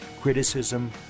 criticism